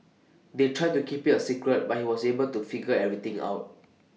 they tried to keep IT A secret but he was able to figure everything out